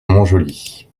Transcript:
montjoly